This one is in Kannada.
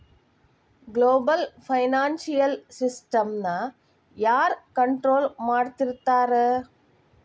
ಗ್ಲೊಬಲ್ ಫೈನಾನ್ಷಿಯಲ್ ಸಿಸ್ಟಮ್ನ ಯಾರ್ ಕನ್ಟ್ರೊಲ್ ಮಾಡ್ತಿರ್ತಾರ?